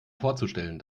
vorzustellen